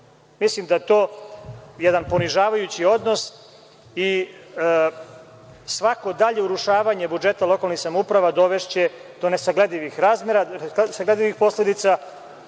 god. Mislim da je to jedan ponižavajući odnos i svako dalje urušavanje budžeta lokalnih samouprava dovešće do nesagledivih posledica.